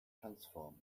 transform